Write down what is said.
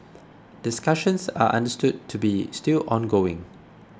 discussions are understood to be still ongoing